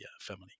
family